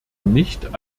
nicht